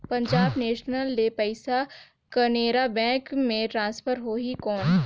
Punjab national ले पइसा Canara bank मे ट्रांसफर होहि कौन?